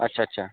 अच्छा अच्छा